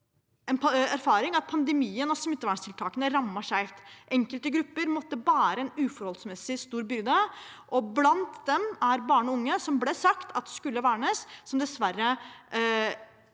en erfaring at pandemien og smitteverntiltakene rammet skjevt. Enkelte grupper måtte bære en uforholdsmessig stor byrde, og blant dem er barn og unge, som det ble sagt at skulle vernes, men som dessverre måtte